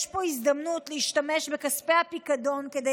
יש פה הזדמנות להשתמש בכספי הפיקדון כדי